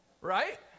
Right